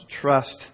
trust